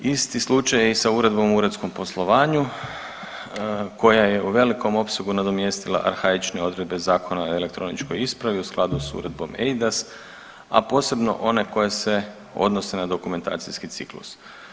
Isti slučaj i sa Uredbom o uredskom poslovanju koja je u velikom opsegu nadomjestila arhaične odredbe Zakona o elektroničkoj ispravi u skladu s Uredbom EIDAS, a posebno one koje se odnose na dokumentacijski ciklus.